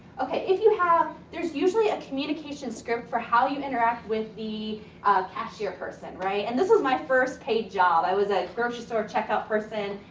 okay. if you have, there's usually a communication script for how you interact with the cashier person? and this was my first paid job. i was a grocery store checkout person.